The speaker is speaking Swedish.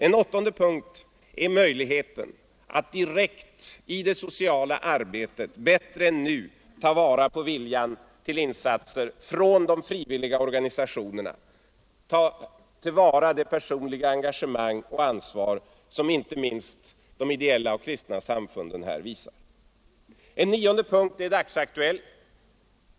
En åttonde punkt är möjligheten att direkt i det sociala arbetet bättre än nu ta vara på viljan till insatser från de frivilliga organisationerna och ta till vara det personliga engagemang och ansvar som inte minst de ideella och kristna samfunden här visat. En nionde punkt är dagsaktuell.